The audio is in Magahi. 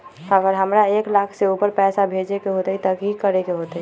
अगर हमरा एक लाख से ऊपर पैसा भेजे के होतई त की करेके होतय?